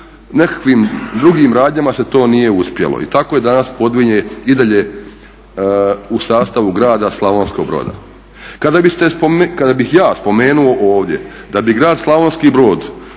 nekakvim drugim radnjama se to nije uspjelo. I tako je danas Podvinje i dalje u sastavu grada Slavonskog Broda. Kada bih ja spomenuo ovdje da bi grad Slavonski Brod,